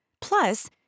Plus